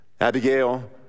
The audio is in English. Abigail